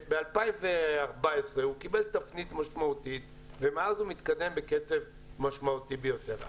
וב-2014 הוא קיבל תפנית משמעותית ומאז הוא מתקדם בקצב משמעותי ביותר.